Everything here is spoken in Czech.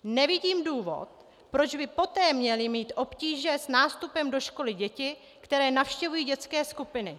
Nevidím důvod, proč by poté měly mít obtíže s nástupem do školy děti, které navštěvují dětské skupiny.